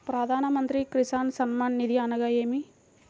ప్రధాన మంత్రి కిసాన్ సన్మాన్ నిధి అనగా ఏమి?